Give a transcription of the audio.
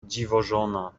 dziwożona